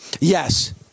Yes